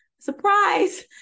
surprise